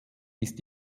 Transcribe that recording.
ist